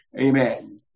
amen